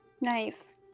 Nice